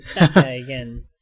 again